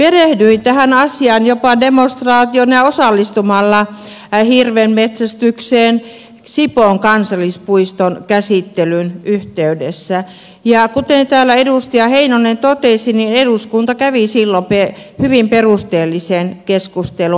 perehdyin tähän asiaan jopa demonstraatiolla ja osallistumalla hirvenmetsästykseen sipoon kansallispuiston käsittelyn yhteydessä ja kuten täällä edustaja heinonen totesi niin eduskunta kävi silloin hyvin perusteellisen keskustelun